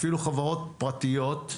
אפילו חברות פרטיות,